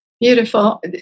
Beautiful